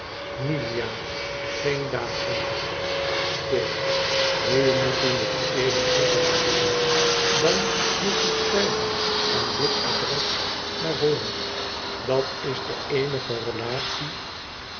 milia geen datum stil nu moet u nog even verder hooren dan moet u schrij ven aan dit adres naar holland dat is de eenige relatie